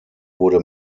wurde